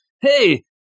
hey